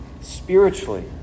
spiritually